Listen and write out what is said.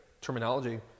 terminology